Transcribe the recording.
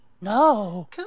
No